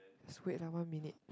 just wait one more minute